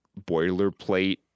boilerplate